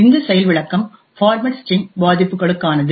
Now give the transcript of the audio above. இந்த செயல் விளக்கம் பார்மேட் ஸ்டிரிங் பாதிப்புகளுக்கானது